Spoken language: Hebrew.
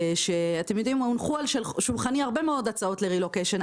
נחו על שולחני הרבה מאוד הצעות לרי-לוקיישן.